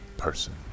Person